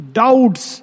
doubts